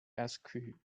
askew